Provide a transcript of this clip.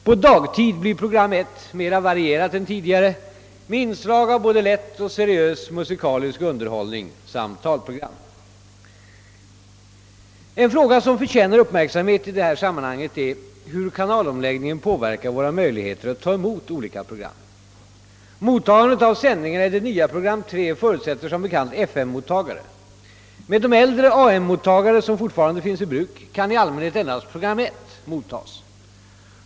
På dagtid blir program 1 mera varierat än tidigare med inslag av både lätt och seriös musikalisk underhållning samt talprogram. En fråga, som förtjänar uppmärksamhet i detta sammanhang, är hur kanalomläggningen påverkar våra möjligheter att ta emot olika program. Mottagandet av sändningarna i det nya program 3 förutsätter som bekant FM-mottagare. Med de äldre AM-mottagare som fortfarande finns i bruk kan i allmänhet endast program 1 mottas.